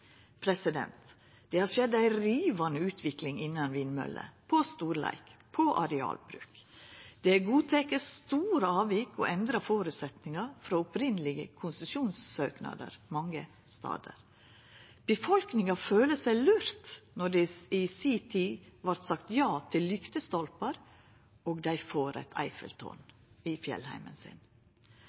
Det har skjedd ei rivande utvikling innan vindmøller, på storleik og arealbruk. Det er godteke store avvik og endra føresetnader frå opphavlege konsesjonssøknader mange stader. Befolkninga føler seg lurt når det i si tid vart sagt ja til lyktestolpar og dei får eit «Eiffeltårn» i fjellheimen